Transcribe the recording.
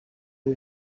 amb